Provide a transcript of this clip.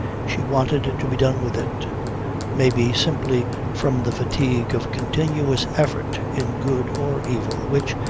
she wanted to be done with it maybe simply from the fatigue of continuous effort in good or evil, which,